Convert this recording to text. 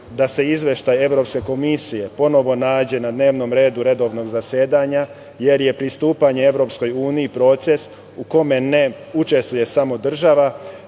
da se Izveštaj Evropske komisije ponovo nađe na dnevnom redu redovnog zasedanja jer je pristupanje EU proces u kome ne učestvuje samo država,